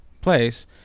place